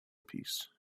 peace